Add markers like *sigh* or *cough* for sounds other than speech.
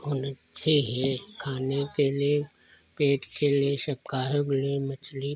*unintelligible* अच्छे हें खाने के लिए पेट के लिए सब कार्यों के लिए मछली